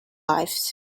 lives